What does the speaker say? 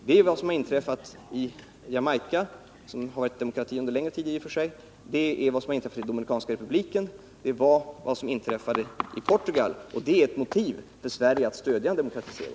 Detta är vad som har inträffat i Jamaica — som i och för sig har varit demokrati under en längre tid — och det är vad som har inträffat i Dominikanska republiken. Det var vad som inträffade också i Portugal. Det är ett motiv för Sverige att stödja en demokratisering.